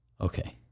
okay